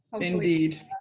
Indeed